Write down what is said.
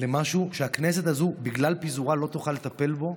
למשהו שהכנסת הזו, בגלל פיזורה, לא תוכל לטפל בו,